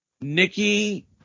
Nikki